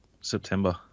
September